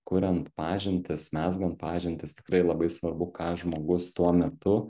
kuriant pažintis mezgant pažintis tikrai labai svarbu ką žmogus tuo metu